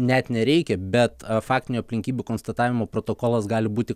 net nereikia bet faktinių aplinkybių konstatavimo protokolas gali būti